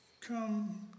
come